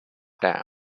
dam